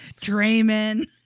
Draymond